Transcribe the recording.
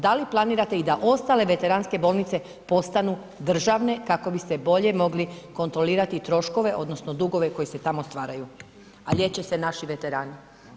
Da li planirate i da ostale veteranske bolnice postanu državne kako biste bolje mogli kontrolirati troškove odnosno dugove koji se tamo stvaraju, a liječe se naši veterani?